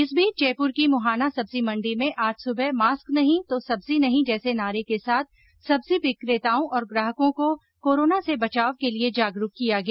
इस बीच जयपुर की मुहाना सब्जी मण्डी में आज सुबह मास्क नहीं तो सब्जी नहीं जैसे नारे के साथ सब्जी विक्रेताओं और ग्राहकों को कोरोना से बचाव के लिए जागरूक किया गया